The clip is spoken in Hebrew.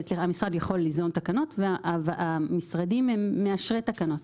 המשרד יכול ליזום תקנות והמשרדים הם מאשרי תקנות.